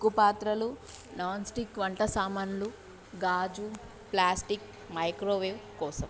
ఉక్కు పాత్రలు non stick వంట సామాన్లు గాజు ప్లాస్టిక్ మైక్రోవేవ్ కోసం